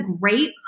great